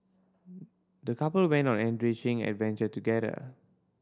the couple went on an enriching adventure together